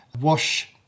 wash